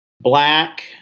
Black